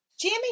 Jamie